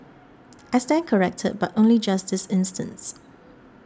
I stand corrected but only just this instance